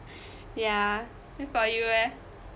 ya for you eh